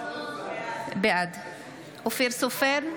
בעד אופיר סופר,